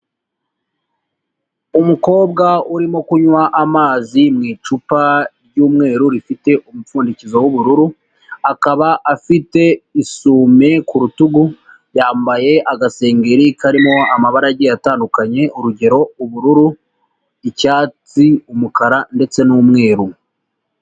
Umukobwa urimo kunywa amazi mu icupa ry'umweru rifite umupfundikizo w'ubururu, akaba afite isume ku rutugu, yambaye agasengeri karimo amabara agiye atandukanye, urugero ubururu, icyatsi, umukara ndetse n'umweru.